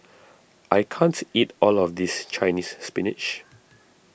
I can't eat all of this Chinese Spinach